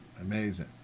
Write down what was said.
Amazing